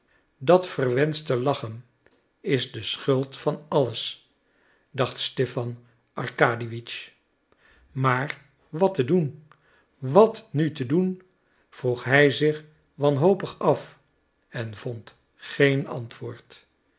dat verwenschte lachen is de schuld van alles dacht stipan arkadiewitsch maar wat te doen wat nu te doen vroeg hij zich wanhopig af en vond geen antwoord